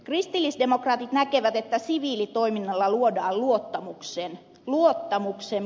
kristillisdemokraatit näkevät että siviilitoiminnalla luodaan luottamuksen pohja